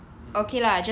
mm